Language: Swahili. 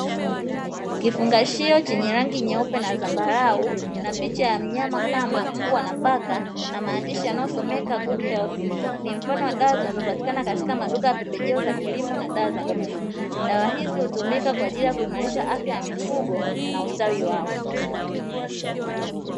Kifungashio chenye rangi nyeupe na zambarau na picha ya mnyama kama mbwa na paka na maandishi yanayosomeka 'good healthy', ni mfano wa dawa zinazopatikana katika maduka ya pembejeo za kilimo na dawa za mifugo, dawa hizi hutumika kwaajili ya kuimarisha afya ya mifugo na ustawi wao.